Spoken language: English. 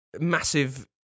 massive